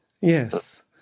Yes